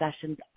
sessions